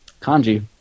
kanji